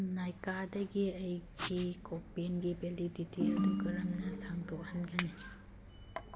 ꯅꯥꯏꯀꯥꯗꯒꯤ ꯑꯩꯒꯤ ꯀꯣꯄꯦꯟꯒꯤ ꯕꯦꯂꯤꯗꯤꯇꯤ ꯑꯗꯨ ꯀꯔꯝꯅ ꯁꯥꯡꯗꯣꯛꯍꯟꯒꯅꯤ